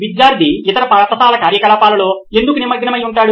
విద్యార్థి ఇతర పాఠశాల కార్యకలాపాలలో ఎందుకు నిమగ్నమై ఉంటాడు